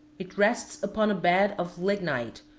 it rests upon a bed of lignite,